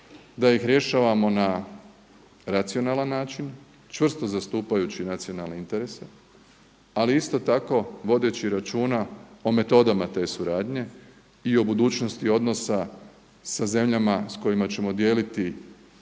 da ih rješavamo na racionalan način čvrsto zastupajući nacionalne interese ali isto tako vodeći računa o metodama te suradnje i o budućnosti odnosa sa zemljama sa kojima ćemo dijeliti